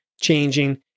changing